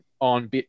on